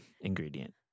ingredient